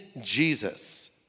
Jesus